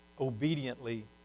obediently